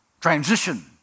transition